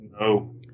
No